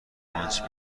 آنچه